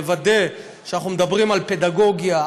נוודא שאנחנו מדברים על פדגוגיה,